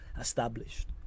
Established